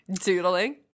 Doodling